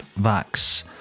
Vax